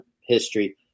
history